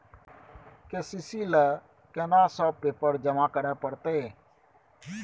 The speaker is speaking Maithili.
के.सी.सी ल केना सब पेपर जमा करै परतै?